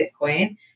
bitcoin